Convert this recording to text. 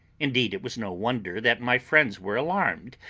indeed, it was no wonder that my friends were alarmed,